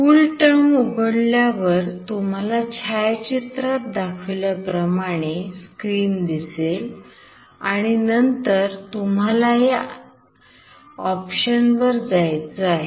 CoolTerm उघडल्यावर तुम्हाला छायाचित्रात दाखविल्याप्रमाणे स्क्रीन दिसेल आणि नंतर तुम्हाला ह्या ऑप्शनवर जायचं आहे